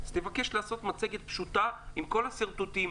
אז תבקש לעשות מצגת פשוטה עם כל השרטוטים,